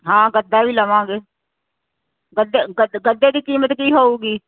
ਹਾਂ ਗੱਦਾ ਵੀ ਲਵਾਂਗੇ ਗੱਦੇ ਦੀ ਕੀਮਤ ਕੀ ਹੋਊਗੀ